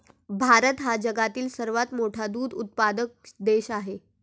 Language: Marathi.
भारत हा जगातील सर्वात मोठा दूध उत्पादक देश आहे